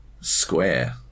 square